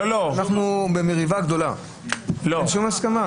אנחנו במריבה גדולה, אין שום הסכמה.